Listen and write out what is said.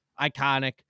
iconic